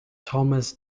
thomas